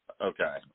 Okay